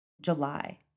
July